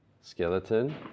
skeleton